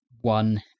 One